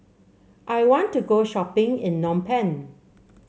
I want to go shopping in Phnom Penh